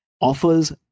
offers